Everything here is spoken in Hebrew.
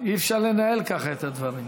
אי-אפשר לנהל ככה את הדברים.